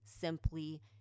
simply